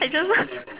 I just